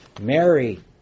Mary